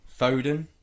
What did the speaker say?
Foden